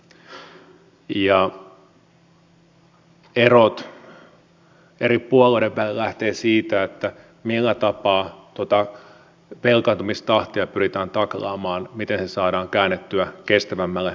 erot eri puolueiden välillä lähtevät siitä millä tapaa tuota velkaantumistahtia pyritään taklaamaan miten se saadaan käännettyä kestävämmälle tasolle